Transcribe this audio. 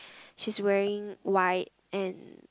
she's wearing white and